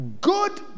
Good